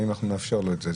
האם נאפשר לו את זה?